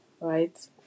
right